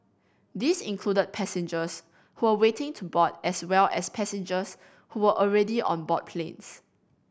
these included passengers who were waiting to board as well as passengers who were already on board planes